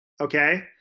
Okay